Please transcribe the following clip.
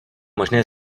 možné